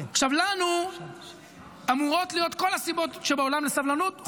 לנו אמורות להיות כל הסיבות שבעולם לסבלנות,